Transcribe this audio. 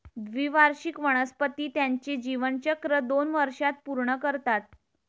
द्विवार्षिक वनस्पती त्यांचे जीवनचक्र दोन वर्षांत पूर्ण करतात